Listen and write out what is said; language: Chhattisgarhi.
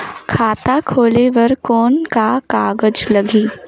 खाता खोले बर कौन का कागज लगही?